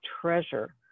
treasure